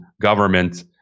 government